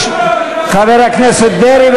מה זה חופש ביטוי?